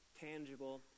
tangible